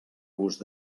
gust